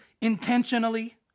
intentionally